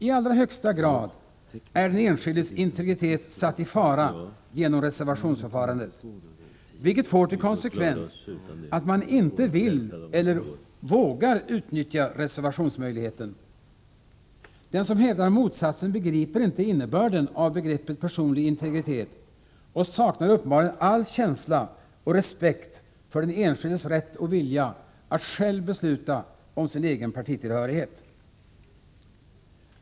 I allra högsta grad är den enskildes integritet satt i fara genom reservationsförfarandet, vilket får till konsekvens att man inte vill eller vågar utnyttja reservationsmöjligheten. Den som hävdar motsatsen förstår inte innebörden av begreppet personlig integritet och saknar uppenbarligen all känsla och respekt för den enskildes rätt och vilja att själv besluta om sin egen partitillhörighet.